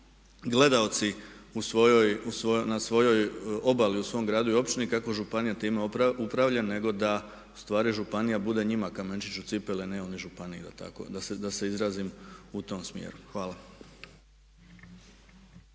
gledaoci na svojoj obali, u svom gradu i općini kako županija time upravlja nego da ustvari županije bude njima kamenčić u cipeli a one oni županiji, jel tako? Da se izrazim u tom smjeru. Hvala.